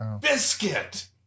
Biscuit